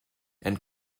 and